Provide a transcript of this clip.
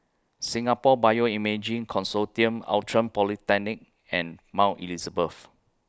Singapore Bioimaging Consortium Outram Polyclinic and Mount Elizabeth